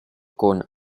con